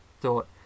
thought